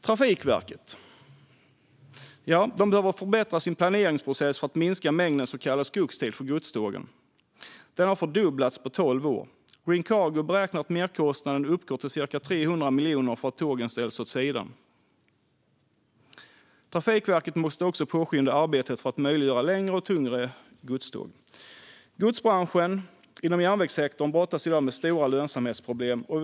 Trafikverket behöver förbättra sin planeringsprocess för att minska mängden så kallad skogstid för godstågen - den har fördubblats på tolv år. Green Cargo beräknar att merkostnaden uppgår till ca 300 miljoner för att tågen ställs åt sidan. Trafikverket måste också påskynda arbetet för att möjliggöra längre och tyngre godståg. Godsbranschen inom järnvägssektorn brottas i dag med stora lönsamhetsproblem.